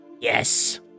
Yes